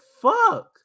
fuck